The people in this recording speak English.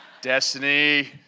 Destiny